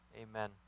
Amen